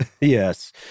Yes